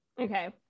Okay